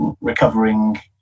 recovering